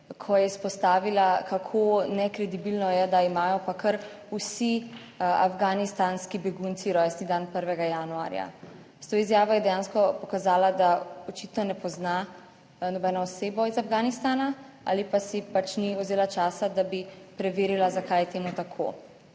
ko je izpostavila kako nekredibilno je, da imajo pa kar vsi afganistanski begunci rojstni dan 1. januarja. S to izjavo je dejansko pokazala, da očitno ne pozna nobeno osebo iz Afganistana ali pa si pač ni vzela časa, da bi preverila zakaj je temu tako.